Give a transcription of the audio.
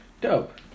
Dope